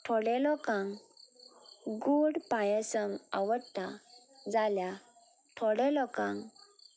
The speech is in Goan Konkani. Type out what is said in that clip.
थोडे लोकांक गूड पांयासम आवडटा जाल्या थोडे लोकांक